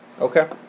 Okay